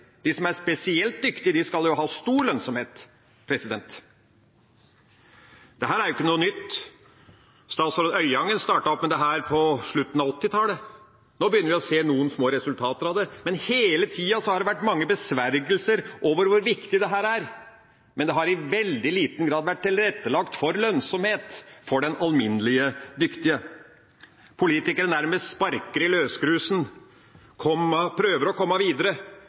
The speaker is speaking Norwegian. De som er spesielt dyktige, skal jo ha stor lønnsomhet. Dette er ikke noe nytt. Statsråd Øyangen startet opp med dette på slutten av 1980-tallet. Nå begynner vi å se noen små resultater av det. Hele tida har det vært mange besvergelser over hvor viktig dette er, men det har i veldig liten grad vært tilrettelagt for lønnsomhet for den alminnelig dyktige. Politikere nærmest sparker i løsgrusen og prøver å komme videre.